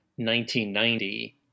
1990